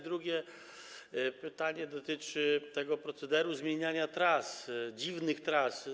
Drugie pytanie dotyczy tego procederu zmieniania tras, dziwnych tras.